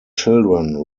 children